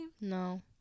no